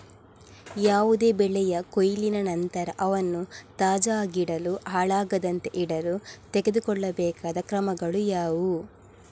ಯಾವುದೇ ಬೆಳೆಯ ಕೊಯ್ಲಿನ ನಂತರ ಅವನ್ನು ತಾಜಾ ಆಗಿಡಲು, ಹಾಳಾಗದಂತೆ ಇಡಲು ತೆಗೆದುಕೊಳ್ಳಬೇಕಾದ ಕ್ರಮಗಳು ಯಾವುವು?